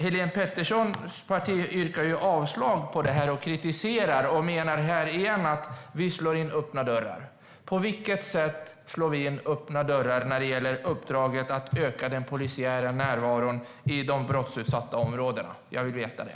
Helene Peterssons parti yrkar avslag på detta och kritiserar det. Man menar återigen att vi slår in öppna dörrar. På vilket sätt slår vi in öppna dörrar när det gäller uppdraget att öka den polisiära närvaron i de brottsutsatta områdena? Jag vill veta det.